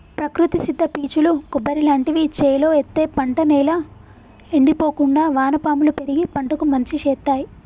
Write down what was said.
ప్రకృతి సిద్ద పీచులు కొబ్బరి లాంటివి చేలో ఎత్తే పంట నేల ఎండిపోకుండా వానపాములు పెరిగి పంటకు మంచి శేత్తాయ్